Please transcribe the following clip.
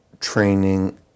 training